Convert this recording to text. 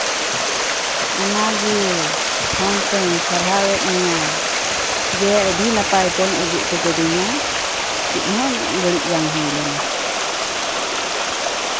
ᱚᱱᱟ ᱜᱮ ᱯᱷᱳᱱ ᱛᱮᱧ ᱥᱟᱨᱦᱟᱣᱮᱫ ᱢᱮᱭᱟ ᱡᱮ ᱟᱹᱰᱤ ᱱᱟᱯᱟᱭ ᱛᱮᱢ ᱟᱜᱩ ᱚᱴᱚ ᱠᱟᱹᱫᱤᱧᱟ ᱪᱮᱫ ᱦᱚᱸ ᱵᱟᱹᱲᱤᱡ ᱵᱟᱝ ᱦᱩᱭ ᱞᱮᱱᱟ